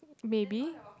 maybe